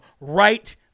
right